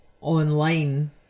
online